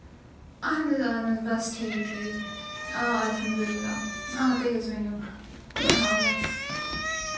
اہن حظ اہن حظ بَس ٹھیٖک ٹھیٖک آ اَلحمدُللہ آ تُہۍ حظ ؤنِو آ بَس